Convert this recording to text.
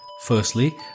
firstly